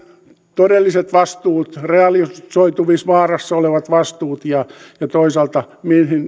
todelliset vastuut realisoitumisvaarassa olevat vastuut ja ja toisaalta